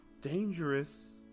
dangerous